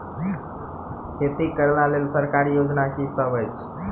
खेती करै लेल सरकारी योजना की सब अछि?